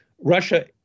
Russia